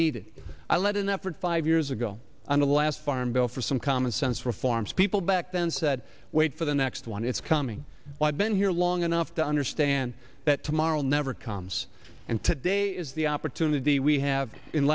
needed i led an effort five years ago on the last farm bill for some commonsense reforms people back then said wait for the next one it's coming i've been here long enough to understand that tomorrow never comes and today is the opportunity we have in